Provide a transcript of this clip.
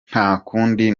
ntakundi